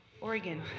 Oregon